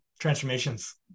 transformations